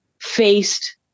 faced